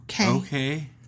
Okay